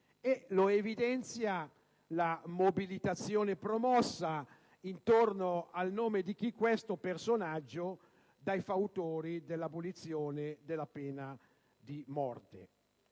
e lo evidenzia la mobilitazione promossa intorno al nome di questo personaggio dai fautori dell'abolizione della pena di morte.